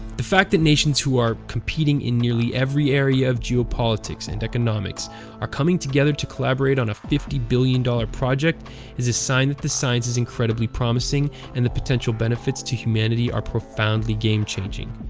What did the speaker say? the fact that nations who are competing in nearly every area of geopolitics and economics are coming together to collaborate on a fifty billion dollars project is a sign that the science is incredibly promising and the potential benefits to humanity are profoundly game-changing.